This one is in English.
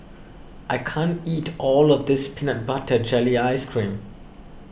I can't eat all of this Peanut Butter Jelly Ice Cream